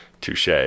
Touche